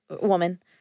woman-